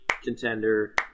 contender